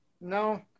No